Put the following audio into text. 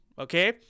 Okay